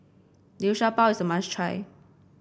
Liu Sha Bao is a must try